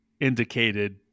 indicated